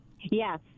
Yes